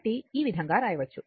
కాబట్టి ఈ విధంగా రాయవచ్చు